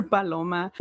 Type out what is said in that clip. Paloma